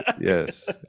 yes